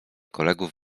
kolegów